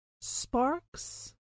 sparks